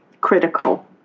critical